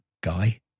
Guy